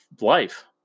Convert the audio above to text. life